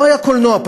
לא היה קולנוע,